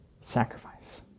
sacrifice